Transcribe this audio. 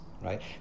right